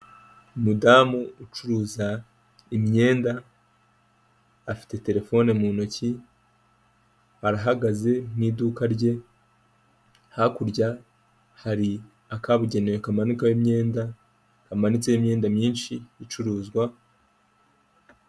Umudamu ucuruza imyenda afite terefone mu ntoki, arahagaze ni iduka rye, hakurya hari akabugenewe kamanukaho imyenda kamanitseho imyenda myinshi icuruzwa.